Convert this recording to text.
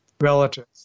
relatives